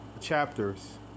chapters